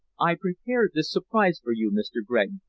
i prepared this surprise for you, mr. gregg,